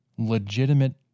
Legitimate